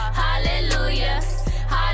hallelujah